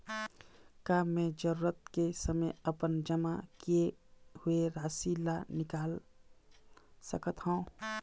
का मैं जरूरत के समय अपन जमा किए हुए राशि ला निकाल सकत हव?